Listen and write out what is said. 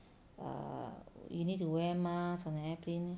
err you need to wear mask on an airplane